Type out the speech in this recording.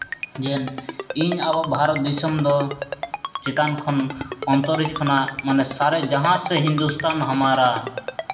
ᱤᱧ ᱟᱵᱚ ᱵᱷᱟᱨᱚᱛ ᱫᱤᱥᱚᱢ ᱫᱚ ᱪᱮᱛᱟᱱ ᱠᱷᱚᱱ ᱚᱱᱛᱚᱨᱤᱡ ᱠᱷᱚᱱᱟᱜ ᱢᱟᱱᱮ ᱥᱟᱨᱮ ᱡᱟᱦᱟᱸ ᱥᱮ ᱦᱤᱱᱫᱩᱥᱛᱷᱟᱱ ᱦᱟᱢᱟᱨᱟ